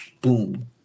Boom